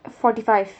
forty five